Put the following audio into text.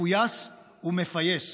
מפויס ומפייס.